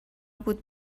بود